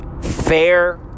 fair